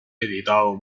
editado